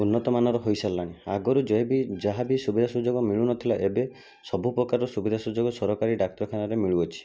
ଉନ୍ନତମାନର ହୋଇ ସାରିଲାଣି ଆଗରୁ ଯେହେବି ଯାହାବି ସୁବିଧା ସୁଯୋଗ ମିଳୁନଥିଲା ଏବେ ସବୁ ପ୍ରକାରର ସୁବିଧା ସୁଯୋଗ ସରକାରୀ ଡାକ୍ତରଖାନାରେ ମିଳୁ ଅଛି